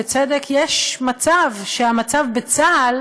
בצדק: יש מצב שהמצב בצה"ל